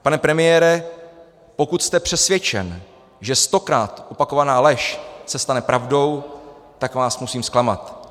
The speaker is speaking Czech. Pane premiére, pokud jste přesvědčen, že stokrát opakovaná lež se stane pravdou, tak vás musím zklamat.